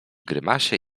grymasie